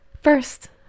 First